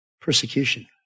Persecution